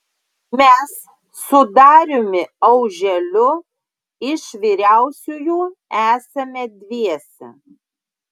mes su dariumi auželiu iš vyriausiųjų esame dviese